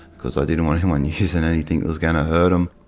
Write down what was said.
because i didn't want anyone using anything was going to hurt em.